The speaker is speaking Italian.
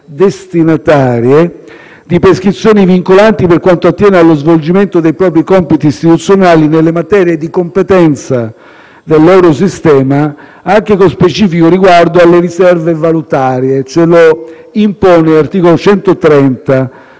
destinatarie di prescrizioni vincolanti per quanto attiene allo svolgimento dei propri compiti istituzionali nelle materie di competenza del loro sistema, anche con specifico riguardo alle riserve valutarie: ce lo impongono l'articolo 130